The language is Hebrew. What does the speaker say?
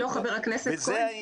חבר הכנסת כהן,